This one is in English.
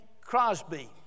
Crosby